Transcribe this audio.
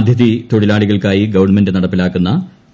അതിഥി തൊഴിലാളികൾക്കായി ഗിവൺമെന്റ് നടപ്പിലാക്കുന്ന